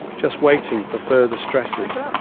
just waiting for further stressors,